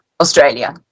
Australia